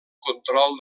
control